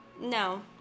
No